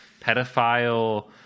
pedophile